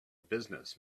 business